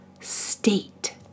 state